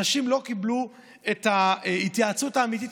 אנשים לא קיבלו התייעצות אמיתית.